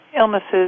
illnesses